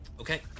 Okay